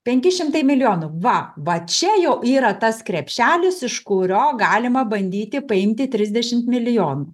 penki šimtai milijonų va va čia jau yra tas krepšelis iš kurio galima bandyti paimti trisdešimt milijonų